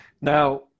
Now